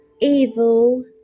Evil